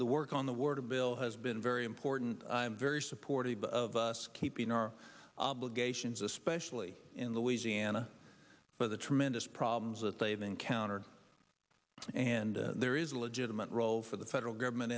the work on the word of bill has been very important i'm very supportive of us keeping our obligations especially in the wheezy anna for the tremendous problems that they've encountered and there is a legitimate role for the federal government